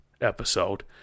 episode